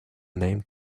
name